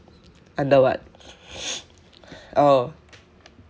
under what oh